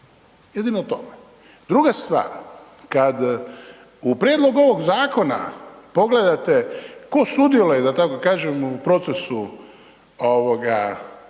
Jedino to. Druga stvar, kad u prijedlogu ovog zakona pogledate tko sudjeluje, da tako kažem, u procesu